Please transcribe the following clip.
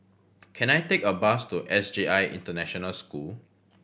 can I take a bus to S J I International School